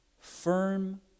firm